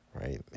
right